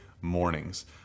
mornings